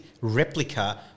replica